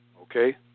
Okay